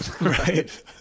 right